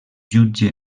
jutge